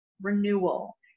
renewal